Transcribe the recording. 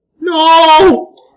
No